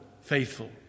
faithful